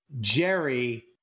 Jerry